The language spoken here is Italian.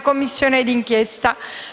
Commissione d'inchiesta